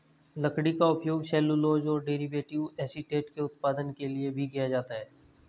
लकड़ी का उपयोग सेल्यूलोज और डेरिवेटिव एसीटेट के उत्पादन के लिए भी किया जाता है